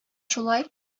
шулай